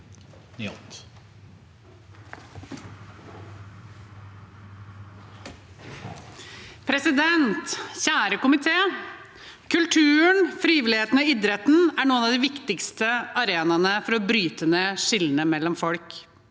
Kjære komité. Kul- turen, frivilligheten og idretten er noen av de viktigste arenaene for å bryte ned skillene mellom folk.